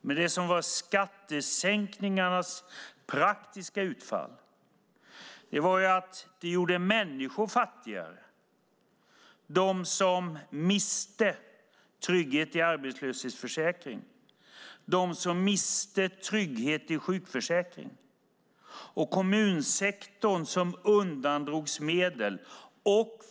Men skattesänkningarnas praktiska utfall var att människor blev fattigare. De miste tryggheten i arbetslöshetsförsäkringen, de miste tryggheten i sjukförsäkringen, och kommunsektorn undandrogs medel.